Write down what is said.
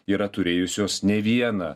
yra turėjusios ne vieną